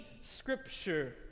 scripture